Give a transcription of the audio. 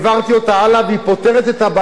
והיא פותרת את הבעיה האמיתית,